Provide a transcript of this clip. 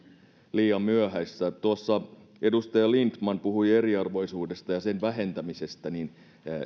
liian myöhäistä tuossa edustaja lindtman puhui eriarvoisuudesta ja sen vähentämisestä niin